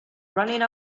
running